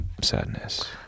sadness